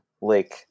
Lake